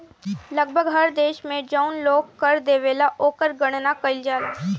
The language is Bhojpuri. लगभग हर देश में जौन लोग कर देवेला ओकर गणना कईल जाला